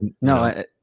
no